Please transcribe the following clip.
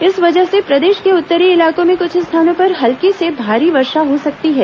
इस वजह से प्रदेश के उत्तरी इलाको में कुछ स्थानों पर हल्की से भारी वर्षा हो सकती है